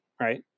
right